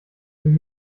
dem